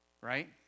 Right